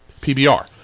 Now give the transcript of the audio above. PBR